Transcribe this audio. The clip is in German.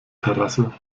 terrasse